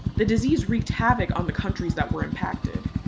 the disease wreaked havoc on the countries that were impacted.